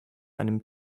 einem